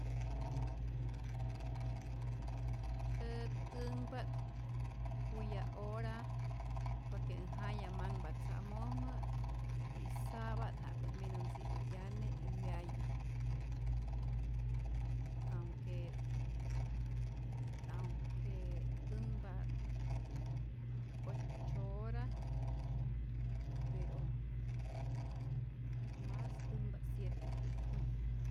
Ät änhpa't kuya hora por que äj jaya manhpa tzamojmä y sa'pa't ja'ku't minu tzi'i 'yane y wyaye, aunque aunque änhpa't ocho hora pero mas änhpa't siete.